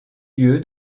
lieu